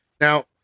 Now